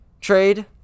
trade